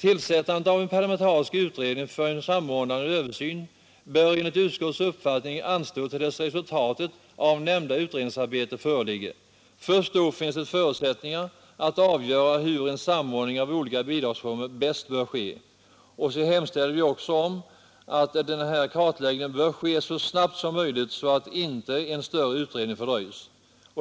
”Tillsättandet av en parlamentarisk utredning för en samordnande översyn bör enligt utskottets uppfattning anstå till dess resultatet av nämnda utredningsarbete föreligger. Först då finns det förutsättningar att avgöra hur en samordning av olika bidragsformer bäst bör ske.” Vi hemställer också om att kartläggningen bör utföras så snabbt som möjligt så att inte en större utredning fördröjs.